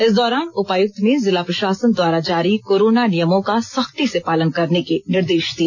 इस दौरान उपायुक्त ने जिला प्रशासन द्वारा जारी कोरोना नियमों का सख्ती से पालन करने के निर्देश दिए